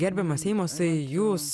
gerbiamas eimosai jūs